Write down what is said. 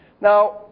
Now